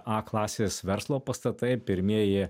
a klasės verslo pastatai pirmieji